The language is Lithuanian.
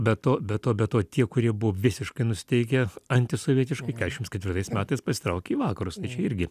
be to be to be to tie kurie buvo visiškai nusiteikę antisovietiškai keturiasdešims ketvirtais metais pasitraukė į vakarus tai čia irgi